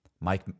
Mike